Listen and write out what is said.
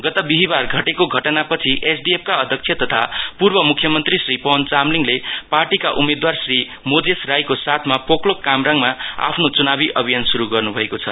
गत बिहिवार घटेको घटना पछि एसडिएफ का अध्यक्ष तथा पूर्व मुख्यमन्त्री श्री पवन चामलिङले पार्टीका उम्मेदवार श्री मोजेस राइको साथमा पोकलोक कामराङमा आफ्नो चुनावी अभियान सुरु गर्न भएको छ